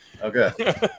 Okay